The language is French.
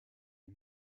les